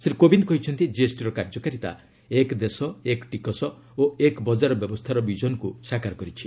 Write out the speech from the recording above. ଶ୍ରୀ କୋବିନ୍ଦ କହିଛନ୍ତି ଜିଏସ୍ଟିର କାର୍ଯ୍ୟକାରିତା ଏକ୍ ଦେଶ ଏକ୍ ଟିକସ ଓ ଏକ୍ ବଜାର ବ୍ୟବସ୍ଥାର ବିଜନ୍କୁ ସାକାର କରିଛି